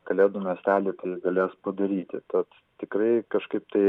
kalėdų miestelyj tai galės padaryti tad tikrai kažkaip tai